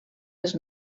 les